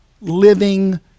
living